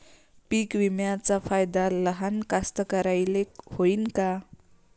पीक विम्याचा फायदा लहान कास्तकाराइले होईन का?